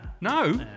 No